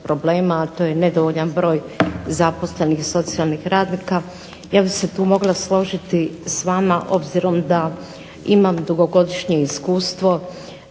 problema, a to je nedovoljan broj zaposlenih socijalnih radnika. Ja bih se tu mogla složiti s vama obzirom da imam dugogodišnje iskustvo